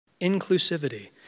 Inclusivity